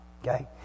Okay